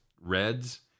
Reds